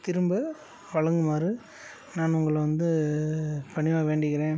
திரும்ப வழங்குமாறு நான் உங்களை வந்து பணிவாக வேண்டிக்கிறேன்